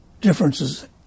differences